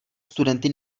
studenty